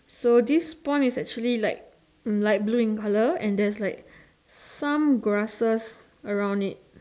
so this pond is actually like um light blue in colour and there is like some grasses around it